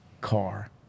car